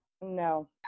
no